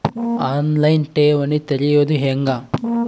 On line ಠೇವಣಿ ತೆರೆಯೋದು ಹೆಂಗ?